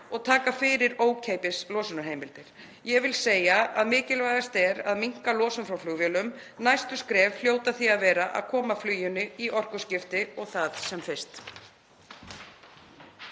og taka fyrir ókeypis losunarheimildir. Að mínu mati er mikilvægast að minnka losun frá flugvélum. Næstu skref hljóta því að vera að koma fluginu í orkuskipti og það sem fyrst.